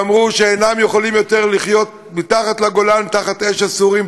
שאמרו שאינם יכולים יותר לחיות מתחת לגולן תחת אש הסורים,